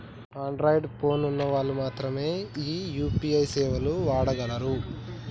Android phone ఉన్న వాళ్ళు మాత్రమె ఈ యూ.పీ.ఐ సేవలు వాడుకోగలరు